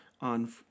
on